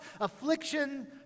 affliction